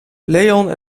leon